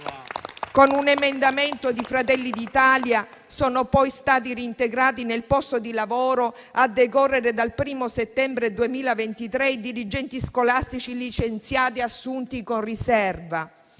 Con un emendamento di Fratelli d'Italia sono poi stati reintegrati nel posto di lavoro, a decorrere dal 1° settembre 2023, i dirigenti scolastici licenziati assunti con riserva.